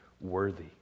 worthy